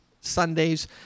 Sundays